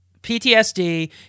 PTSD